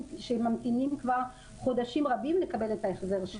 שממתינים כבר חודשים רבים לקבל את ההחזר שלהם.